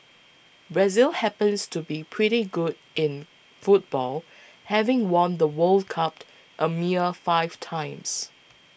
Brazil happens to be pretty good in football having won the World Cupped a mere five times